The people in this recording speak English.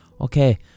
Okay